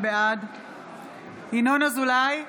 בעד ינון אזולאי,